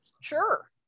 Sure